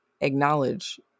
acknowledge